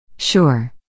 Sure